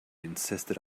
insisted